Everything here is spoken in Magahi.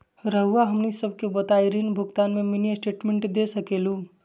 रहुआ हमनी सबके बताइं ऋण भुगतान में मिनी स्टेटमेंट दे सकेलू?